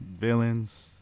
villains